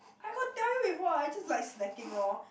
I got tell you before I just like snacking lor